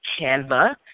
Canva